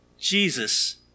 Jesus